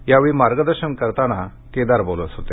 यावेळी मार्गदर्शन करताना केदार बोलत होते